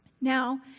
Now